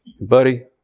Buddy